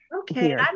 okay